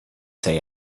say